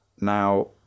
Now